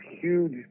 huge